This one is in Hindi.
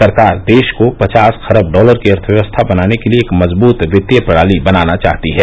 सरकार देश को पचास खरब डॉलर की अर्थव्यवस्था बनाने के लिए एक मजबूत वित्तीय प्रणाली बनाना चाहती है